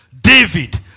David